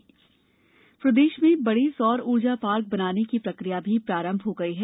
सौर ऊर्जा पार्क प्रदेश में बड़े सौर ऊर्जा पार्क बनाने की प्रक्रिया भी प्रारंभ हो गई है